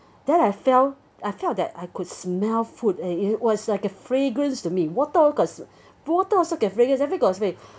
then I felt I felt that I could smell food and it was like a fragrance to me water also got water also got fragrance